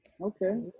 Okay